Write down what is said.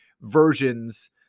versions